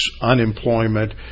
unemployment